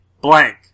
blank